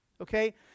okay